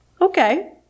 Okay